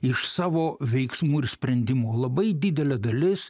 iš savo veiksmų ir sprendimų labai didelė dalis